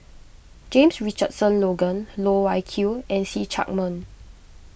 James Richardson Logan Loh Wai Kiew and See Chak Mun